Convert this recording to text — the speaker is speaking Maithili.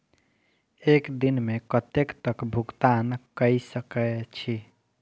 एक दिन में कतेक तक भुगतान कै सके छी